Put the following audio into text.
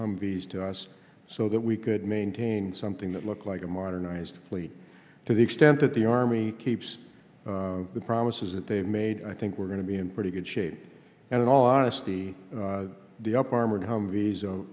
humvees to us so that we could maintain something that looks like a modernized fleet to the extent that the army keeps the promises that they made i think we're going to be in pretty good shape and in all honesty the up armored humvees